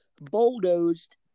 bulldozed